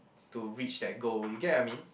to reach that goal you get I mean